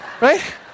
Right